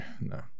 no